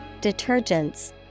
detergents